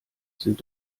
sind